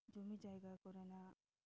ᱡᱩᱢᱤᱼᱡᱟᱭᱜᱟ ᱠᱚᱨᱮᱱᱟᱜ